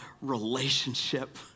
relationship